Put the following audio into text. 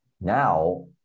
Now